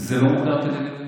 זה לא מוגדר כדגל אויב.